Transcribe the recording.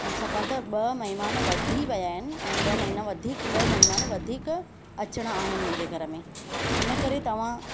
छाकाणि त ॿ महिमान वधी विया आहिनि ऐं ॿ महिना वधीक ॿ महिमान वधीक अचिणा आहिनि मुंहिंजे घर में इनकरे तव्हां